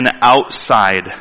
outside